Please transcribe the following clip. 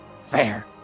Fair